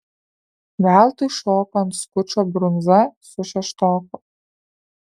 veltui šoko ant skučo brundza su šeštoku